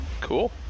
cool